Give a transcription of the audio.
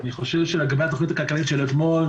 אני חושב שלגבי התוכנית הכלכלית של אתמול,